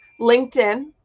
LinkedIn